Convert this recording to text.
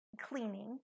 cleaning